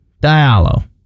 Diallo